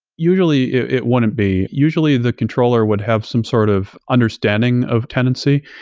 usually, it wouldn't be. usually, the controller would have some sort of understanding of tenancy.